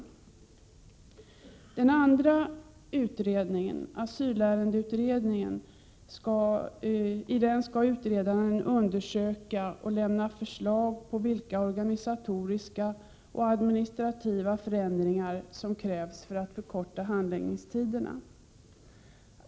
I den andra utredningen, asylärendeutredningen, skall utredaren undersöka och lämna förslag på vilka organisatoriska och administrativa förändringar som krävs för att förkorta handläggningstiderna.